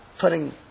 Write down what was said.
putting